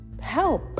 Help